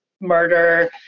murder